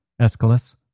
Aeschylus